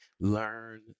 learn